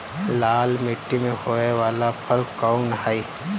लाल मीट्टी में होए वाला फसल कउन ह?